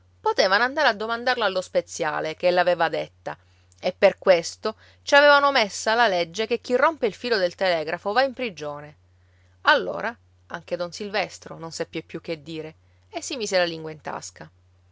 potevano andare a domandarlo allo speziale che l'aveva detta e per questo ci avevano messa la legge che chi rompe il filo del telegrafo va in prigione allora anche don silvestro non seppe più che dire e si mise la lingua in tasca